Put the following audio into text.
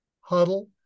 Huddle